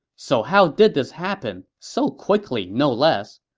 so how did this happen, so quickly no less?